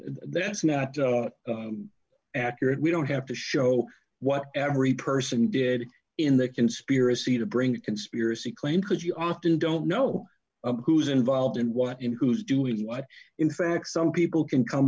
that's not accurate we don't have to show what every person did in the conspiracy to bring a conspiracy claim because you often don't know who's involved and what you know who's doing what in fact some people can come